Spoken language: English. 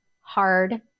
hard